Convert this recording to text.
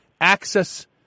access